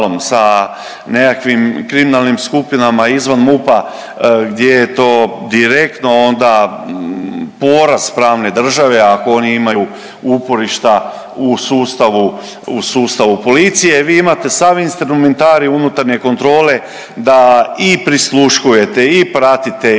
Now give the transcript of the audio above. sa nekakvim kriminalnim skupinama izvan MUP-a gdje je to direktno onda poraz pravne države ako oni imaju uporišta u sustavu policije. Vi imate sav instrumentarij unutarnje kontrole da i prisluškujete, i pratite,